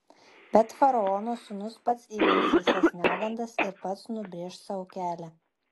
bet faraono sūnus pats įveiks visas negandas ir pats nubrėš sau kelią